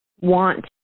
want